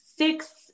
six